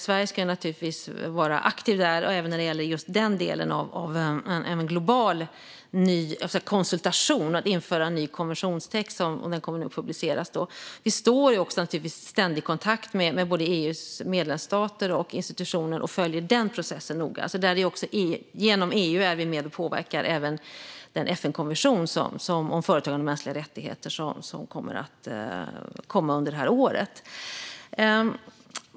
Sverige ska naturligtvis vara aktivt där och även när det gäller just den delen av en global ny konsultation och att införa en ny konventionstext som kommer att publiceras. Vi står naturligtvis i ständig kontakt med EU:s både medlemsstater och institutioner och följer den processen noga. Genom EU är vi med och påverkar även den FN-konvention om företagande och mänskliga rättigheter som kommer under året.